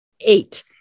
eight